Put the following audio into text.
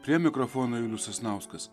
prie mikrofono julius sasnauskas